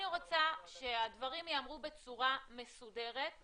אני רוצה שהדברים יאמרו בצורה מסודרת,